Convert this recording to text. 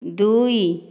ଦୁଇ